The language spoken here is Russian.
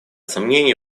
сомнений